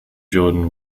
jordan